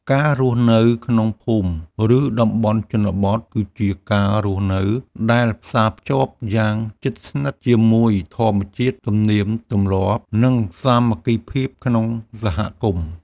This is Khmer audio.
ការរស់នៅក្នុងភូមិ ឬតំបន់ជនបទ គឺជាការរស់នៅដែលផ្សារភ្ជាប់យ៉ាងជិតស្និទ្ធជាមួយធម្មជាតិ ទំនៀមទម្លាប់ និងសាមគ្គីភាពក្នុងសហគមន៍។